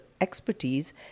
expertise